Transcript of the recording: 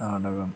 നാടകം